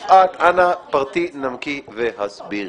יפעת, אנא פרטי, נמקי והסבירי.